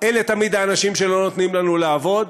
אלה תמיד האנשים שלא נותנים לנו לעבוד,